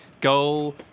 go